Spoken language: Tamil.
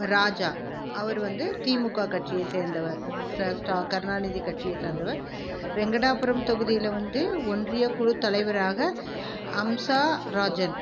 ராஜா அவர் வந்து திமுக கட்சியை சேர்ந்தவர் கருணாநிதி கட்சிய சேர்ந்தவர் வெங்கடாபுரம் தொகுதியில் வந்து ஒன்றிய குழு தலைவராக அம்சா ராஜன்